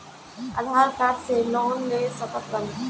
आधार card से loan ले सकत बणी?